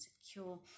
secure